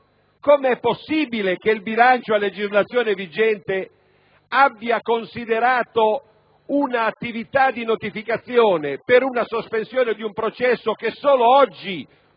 come è possibile che il bilancio a legislazione vigente abbia considerato un'attività di notificazione per la sospensione di un processo che solo oggi,